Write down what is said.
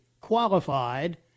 qualified